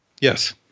Yes